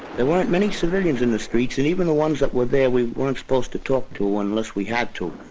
there weren't many civilians in the streets and even the ones that were there we weren't supposed to talk to unless we had to.